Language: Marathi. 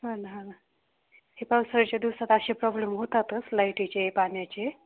हा ना हा ना हे पावसाळ्याच्या दिवसात असे प्रॉब्लेम होतातच लाईटीचे पाण्याचे